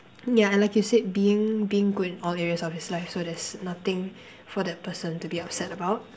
yeah like you said being being good in all areas of his life so there's nothing for that person to be upset about